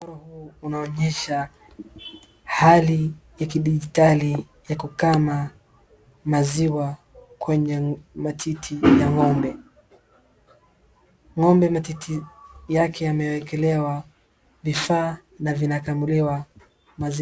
Mchoro huu unaonyesha hali ya kidijitali ya kukama maziwa kwenye matiti ya ng'ombe. Ng'ombe matiti yake yamewekelewa vifaa na vinakamuliwa maziwa.